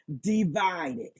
divided